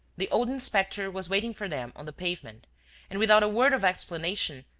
the old inspector was waiting for them on the pavement and, without a word of explanation,